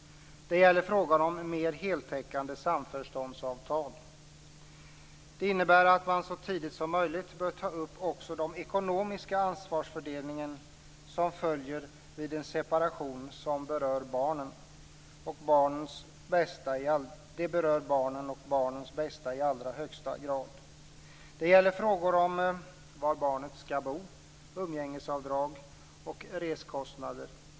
Det gäller frågan om mer heltäckande samförståndsavtal. Det innebär att man så tidigt som möjligt bör ta upp också den ekonomiska ansvarsfördelningen som följer vid en separation, något som berör barnen och barnens bästa i allra högsta grad. Det gäller frågor om var barnet skall bo, umgängesavdrag och reskostnader.